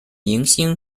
明星